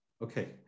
Okay